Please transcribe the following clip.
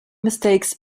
mistakes